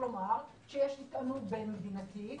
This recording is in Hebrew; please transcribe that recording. יש שיטענו גם בין מדינתית.